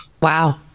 Wow